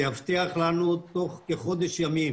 שיבטיח לנו בתוך כחודש ימים